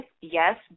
Yes